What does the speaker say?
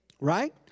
Right